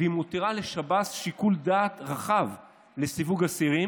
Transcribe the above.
והיא מותירה לשב"ס שיקול דעת רחב לסיווג אסירים